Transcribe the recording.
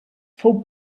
fou